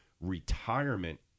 retirement